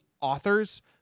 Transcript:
authors